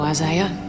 Isaiah